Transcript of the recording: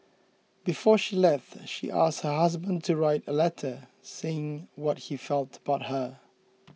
before she left she asked her husband to write a letter saying what he felt about her